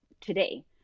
today